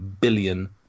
billion